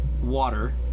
Water